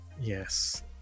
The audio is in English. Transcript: yes